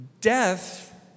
death